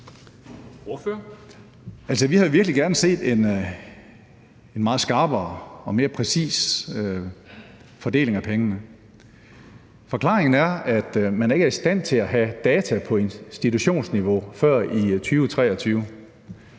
Vi havde virkelig gerne set en meget skarpere og mere præcis fordeling af pengene. Forklaringen er, at man ikke er i stand til at have data på institutionsniveau før i 2023.